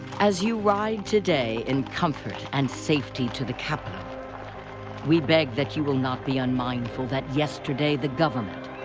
as you ride today in comfort and safety to the capital we beg that you will not be unmindful that yesterday the government,